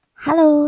Hello